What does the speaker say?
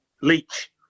Leach